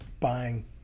buying